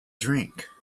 drink